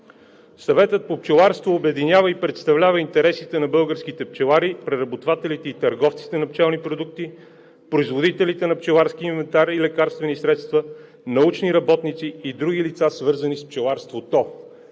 Съветът по пчеларство обединява и представлява интересите на българските пчелари, преработвателите и търговците на пчелни продукти, производители на пчеларски инвентар и лекарствени средства, научни работници и други лица, свързани с пчеларството…“